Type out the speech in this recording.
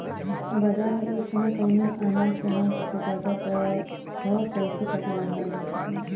बाजार में एक समय कवने अनाज क मांग सबसे ज्यादा ह कइसे पता लगावल जा सकेला?